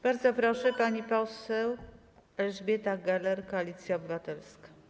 Bardzo proszę, pani poseł Elżbieta Gelert, Koalicja Obywatelska.